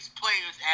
players